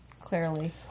clearly